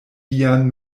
vian